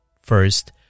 First